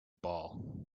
ball